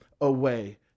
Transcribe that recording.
away